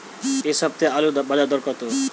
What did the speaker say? এ সপ্তাহে আলুর বাজার দর কত?